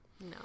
No